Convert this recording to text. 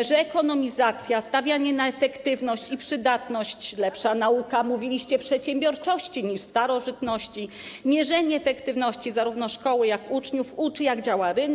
że ekonomizacja, stawianie na efektywność i przydatność - lepsza nauka, mówiliście, przedsiębiorczości niż starożytności - mierzenie efektywności zarówno szkoły, jak i uczniów uczy, jak działa rynek?